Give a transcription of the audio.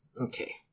Okay